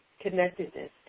connectedness